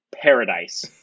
paradise